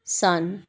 ਸੰਨ